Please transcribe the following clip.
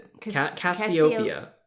Cassiopeia